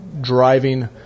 driving